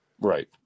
Right